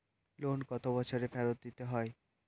Loan কত বছরে ফেরত দিতে হয়?